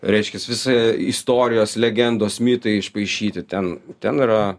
reiškias visa istorijos legendos mitai išpaišyti ten ten yra